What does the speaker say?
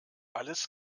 alles